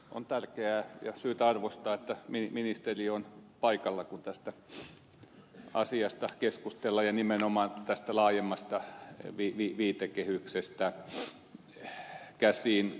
on tärkeää ja syytä arvostaa että ministeri on paikalla kun tästä asiasta keskustellaan ja nimenomaan tästä laajemmasta viitekehyksestä käsin